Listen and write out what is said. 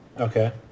Okay